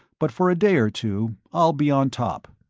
but for a day or two i'll be on top.